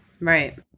Right